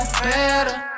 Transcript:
better